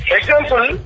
example